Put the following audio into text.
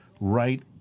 right